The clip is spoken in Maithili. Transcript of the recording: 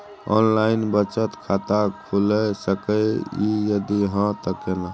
ऑनलाइन बचत खाता खुलै सकै इ, यदि हाँ त केना?